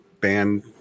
band